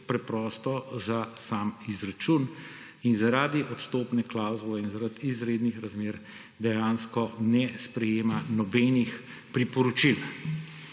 preprosto za sam izračun. Zaradi odstopne klavzule in zaradi izrednih razmer dejansko ne sprejema nobenih priporočil.